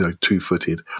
two-footed